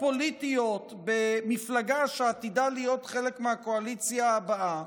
פוליטיות במפלגה שעתידה להיות חלק מהקואליציה הבאה